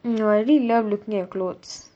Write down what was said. you know I really love looking at clothes